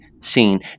scene